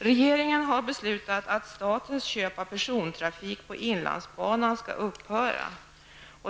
Regeringen har beslutat att statens köp av persontrafik på inlandsbanan skall upphöra.